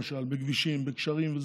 למשל, בכבישים, בגשרים.